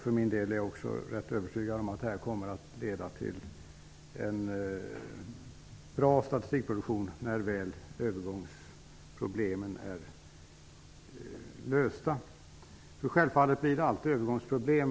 För min del är jag rätt övertygad om att detta kommer att leda till en bra statistikproduktion, när väl övergångsproblemen är lösta. Självfallet blir det alltid övergångsproblem.